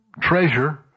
treasure